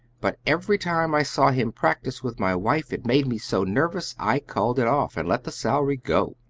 but every time i saw him practice with my wife it made me so nervous i called it off and let the salary go.